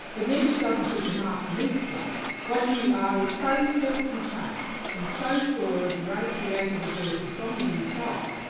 but nietzsche doesn't think the master needs slaves. what you are is so self-contained, and so sure of your own creative ability from the inside,